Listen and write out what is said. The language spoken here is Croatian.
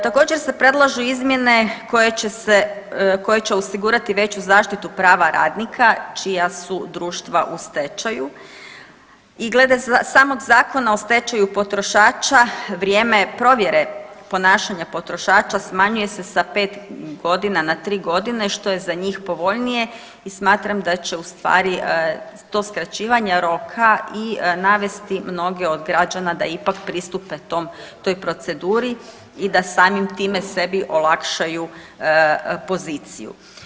Također se predlažu izmjene koje će osigurati veću zaštitu prava radnika čija su društva u stečaju i glede samog Zakona o stečaju potrošača vrijeme provjere ponašanja potrošača smanjuje se sa pet godina na tri godine što je za njih povoljnije i smatram da će to skraćivanje roka i navesti mnoge od građana da ipak pristupe toj proceduri i da samim time sebi olakšaju poziciju.